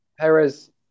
Perez